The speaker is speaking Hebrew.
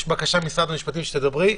יש בקשה ממשרד המשפטים שתדברי,